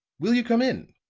will you come in?